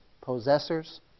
Possessors